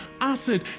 acid